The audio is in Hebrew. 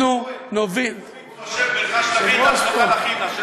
אנחנו נוביל, אורן, הוא מתחשב בך שתביא, לחינה.